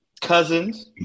Cousins